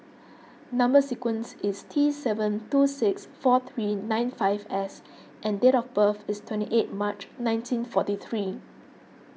Number Sequence is T seven two six four three nine five S and date of birth is twenty eight March nineteen forty three